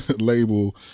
label